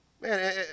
Man